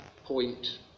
point